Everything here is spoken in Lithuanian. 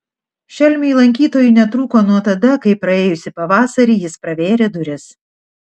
šelmiui lankytojų netrūko nuo tada kai praėjusį pavasarį jis pravėrė duris